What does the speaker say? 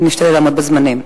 ונשתדל לעמוד בזמנים.